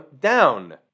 down